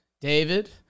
David